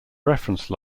reference